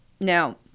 Now